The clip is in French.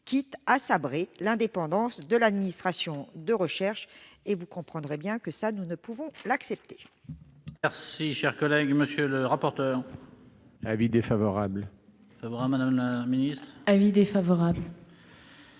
quitte à sabrer l'indépendance de l'administration de recherche. Et cela, vous comprendrez que nous ne puissions pas l'accepter.